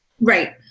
right